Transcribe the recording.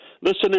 Listen